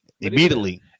Immediately